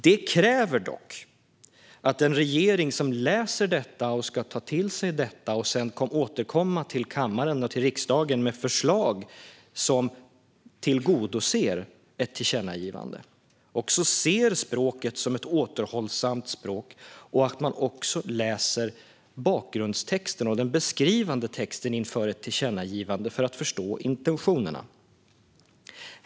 Det kräver dock att den regering som läser detta och ska ta till sig det och sedan återkomma till kammaren och riksdagen med förslag som tillgodoser ett tillkännagivande också ser språket som ett återhållsamt språk och att man också läser den beskrivande texten om bakgrunden till ett tillkännagivande för att förstå intentionerna.